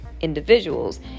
individuals